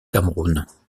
cameroun